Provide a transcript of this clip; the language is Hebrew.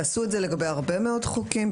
תעשו את זה לגבי הרבה מאוד חוקים,